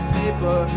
paper